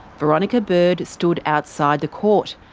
veronica bird stood outside the court,